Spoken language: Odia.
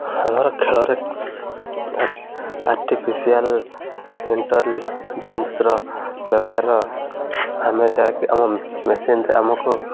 ଆମର ଖେଳରେ ଆର୍ଟିଫିସିଆଲ୍ ଇଣ୍ଟରଜେନ୍ସର ବ୍ୟବହାର ଆମେ ଯାହାକି ଆମ ମେସିନ୍ରେ ଆମକୁ